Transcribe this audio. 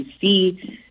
see